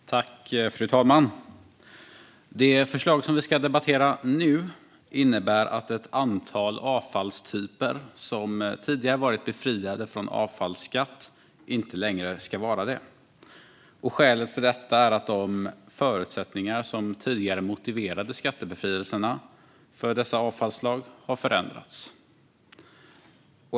Vissa ändringar i avfallsskattelagen Fru talman! Det förslag som vi nu ska debattera innebär att ett antal avfallstyper som tidigare har varit befriade från avfallsskatt inte längre ska vara det. Skälet är att de förutsättningar som tidigare motiverade skattebefrielserna för dessa avfallsslag har förändrats.